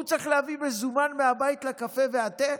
והוא צריך להביא מזומן מהבית לקפה ותה?